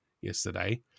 yesterday